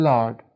Lord